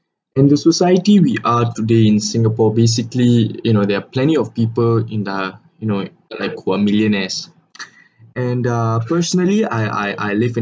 in the society we are today in singapore basically you know there are plenty of people in uh you know like one millionaires and uh personally I I I live in